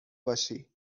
باشی